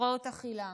הפרעות אכילה,